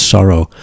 Sorrow